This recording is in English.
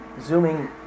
Zooming